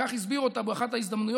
כך הסביר אותה באחת ההזדמנויות,